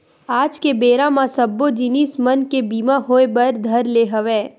आज के बेरा म सब्बो जिनिस मन के बीमा होय बर धर ले हवय